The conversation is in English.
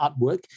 artwork